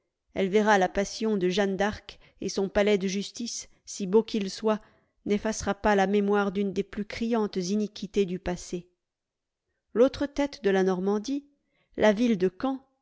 elle verra la passion de jeanne d'arc et son palais de justice si beau qu'il soit n'effacera pas la mémoire d'une des plus criantes iniquités du passé l'autre tête de la normandie la ville de caen